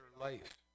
life